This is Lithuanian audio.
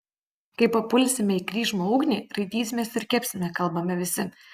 kai papulsime į kryžmą ugnį raitysimės ir kepsime kalbame visi